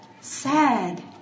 sad